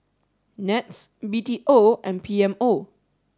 NETS B T O and P M O